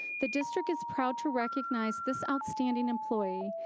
the district is proud to recognize this outstanding employee.